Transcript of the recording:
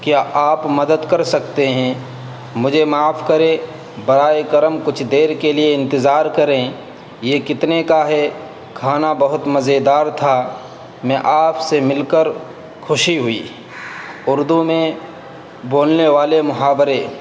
کیا آپ مدد کر سکتے ہیں مجھے معاف کریں برائے کرم کچھ دیر کے لیے انتظار کریں یہ کتنے کا ہے کھانا بہت مزیدار تھا میں آپ سے مل کر خوشی ہوئی اردو میں بولنے والے محاورے